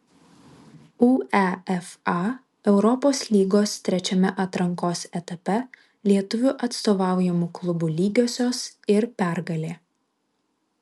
uefa europos lygos trečiame atrankos etape lietuvių atstovaujamų klubų lygiosios ir pergalė